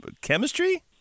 chemistry